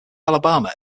alabama